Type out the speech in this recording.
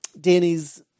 Danny's